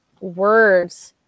words